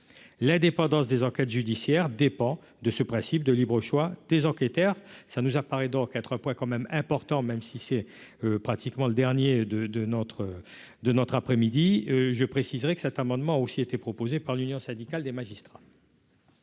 l'indépendance des enquêtes judiciaires dépend de ce principe de libre choix des enquêteurs, ça nous apparaît dans 4 poids quand même important, même si c'est pratiquement le dernier de de notre de notre après- midi je préciserai que cet amendement a aussi été proposé par l'Union syndicale des magistrats.